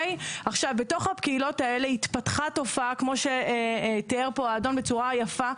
בתוך הקהילות האלה התפתחה תופעה כמו שתיאר פה האדון בצורה יפה,